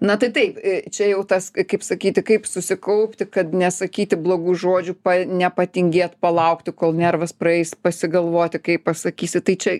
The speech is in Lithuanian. na tai taip čia jau tas kaip sakyti kaip susikaupti kad nesakyti blogų žodžių nepatingėt palaukti kol nervas praeis pasigalvoti kaip pasakysi tai čia